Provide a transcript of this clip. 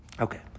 okay